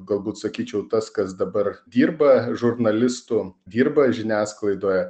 galbūt sakyčiau tas kas dabar dirba žurnalistu dirba žiniasklaidoje